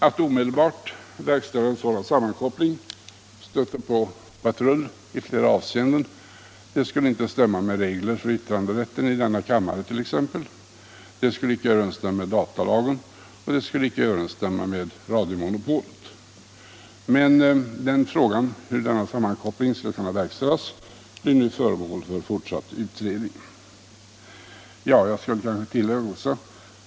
Att omedelbart verkställa en sådan sammankoppling stötte på patrull i flera avseenden: det skulle t.ex. inte stämma med regler för yttranderätten i denna kammare, det skulle inte överensstämma med datalagen och det skulle inte överensstämma med radiomonopolet. Frågan om hur denna sammankoppling skall kunna verkställas blir nu föremål för fortsatt utredning.